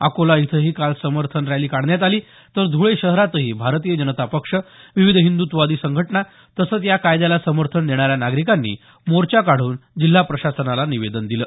अकोला इथंही काल समर्थन रॅली काढण्यात आली तर धुळे शहरातही भारतीय जनता पक्ष विविध हिंदत्ववादी संघटना तसंच या कायद्याला समर्थन देणाऱ्या नागरिकानी मोचो काढून जिल्हा प्रशासनाला निवेदन दिल